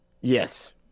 Yes